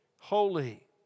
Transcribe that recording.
holy